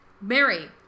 Mary